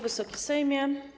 Wysoki Sejmie!